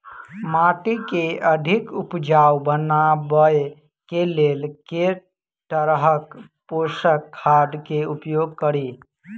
माटि केँ अधिक उपजाउ बनाबय केँ लेल केँ तरहक पोसक खाद केँ उपयोग करि?